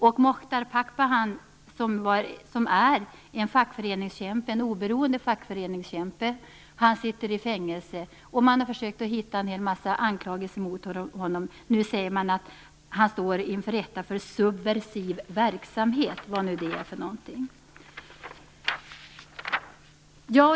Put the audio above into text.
Muchtar Pakpahan, som är en oberoende fackföreningskämpe, sitter i fängelse, och man har försökt hitta en massa anklagelser mot honom. Nu säger man att han står inför rätta för s.k. subversiv verksamhet, vad nu det är för någonting.